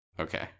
Okay